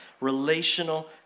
relational